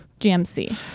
GMC